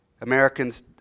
Americans